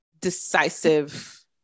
decisive